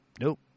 Nope